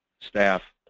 staff.